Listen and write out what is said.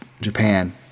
Japan